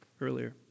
earlier